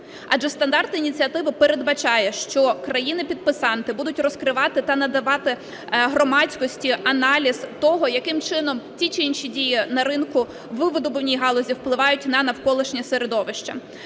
адже стандарт ініціативи передбачає, що країни-підписанти будуть розкривати та надавати громадськості аналіз того, яким чином ті чи інші дії на ринку в видобувній галузі впливають на навколишнє середовище.